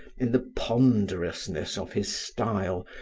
in the ponderousness of his style,